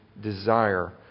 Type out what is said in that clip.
desire